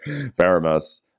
baramos